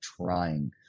trying